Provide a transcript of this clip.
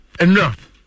enough